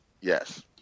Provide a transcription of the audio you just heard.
Yes